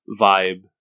vibe